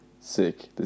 sick